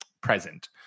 present